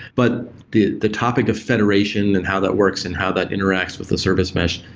but the the topic of federation and how that works and how that interacts with the service mesh,